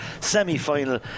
semi-final